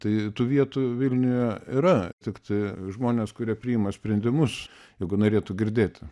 tai tų vietų vilniuje yra tiktai žmonės kurie priima sprendimus jeigu norėtų girdėti